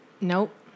Nope